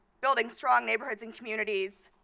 building strong neighborhoods and communities,